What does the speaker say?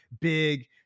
big